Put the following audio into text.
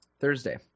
Thursday